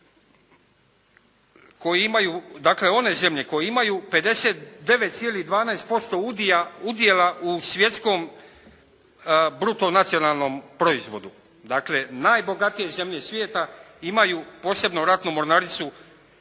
dakle one zemlje koje imaju 59,13% udjela u svjetskom bruto nacionalnom proizvodu, dakle najbogatije zemlje svijeta imaju posebnu ratnu mornaricu